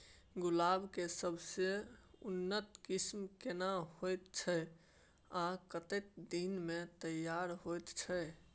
गुलाब के सबसे उन्नत किस्म केना होयत छै आ कतेक दिन में तैयार होयत छै?